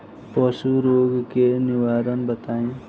पशु रोग के निवारण बताई?